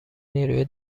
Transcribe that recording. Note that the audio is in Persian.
نیروی